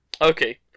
Okay